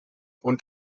und